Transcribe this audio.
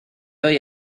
hoy